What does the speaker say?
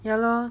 ya lor